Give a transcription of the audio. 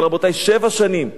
אבל, רבותי, שבע שנים,